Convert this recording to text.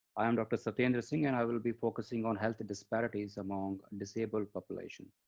i am dr. satendra singh, and i will be focusing on health disparities among disabled population.